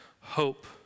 hope